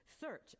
search